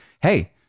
Hey